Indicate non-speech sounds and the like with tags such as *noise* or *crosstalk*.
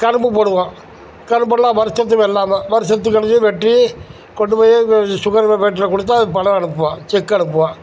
கரும்பு போடுவோம் கரும்பெல்லாம் வருஷத்து வெள்ளாமை வருஷத்துக்கு *unintelligible* வெட்டி கொண்டு போய் சுகர் சுகர் ஃபேக்டரியில் கொடுத்தால் பணம் அனுப்புவான் செக் அனுப்புவான்